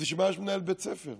אז בשביל מה יש מנהל בית ספר?